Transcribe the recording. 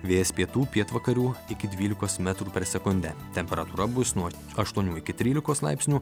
vėjas pietų pietvakarių iki dvylikos metrų per sekundę temperatūra bus nuo aštuonių iki trylikos laipsnių